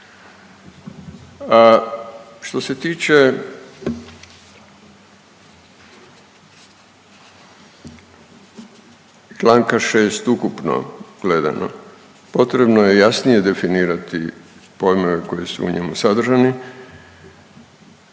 Što se tiče čl. 6 ukupno gledano, potrebno je jasnije definirati pojmove koji su u njemu sadržani